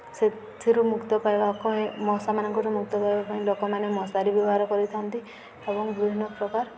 ସେଥିରୁ ମୁକ୍ତ ପାଇବାକୁ ମଶାମାନଙ୍କର ମୁକ୍ତ ପାଇବା ପାଇଁ ଲୋକମାନେ ମଶାରୀ ବ୍ୟବହାର କରିଥାନ୍ତି ଏବଂ ବିଭିନ୍ନପ୍ରକାର